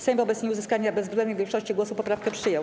Sejm wobec nieuzyskania bezwzględnej większości głosów poprawkę przyjął.